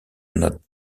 not